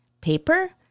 paper